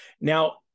Now